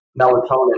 Melatonin